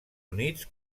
units